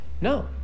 No